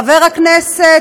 חבר הכנסת,